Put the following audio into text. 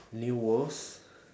new worlds